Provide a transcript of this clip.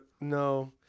no